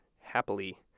happily